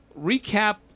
recap